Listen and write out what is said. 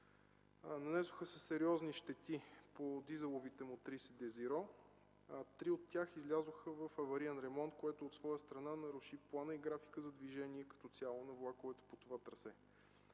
Нанесоха се сериозни щети по дизеловите мотриси „Дезиро”. Три от тях излязоха в авариен ремонт, което от своя страна наруши плана и графика за движение като цяло на влаковете по това трасе.